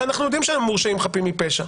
הרי אנחנו יודעים שיש מורשעים חפים מפשע.